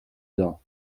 dain